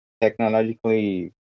technologically